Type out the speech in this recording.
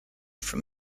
from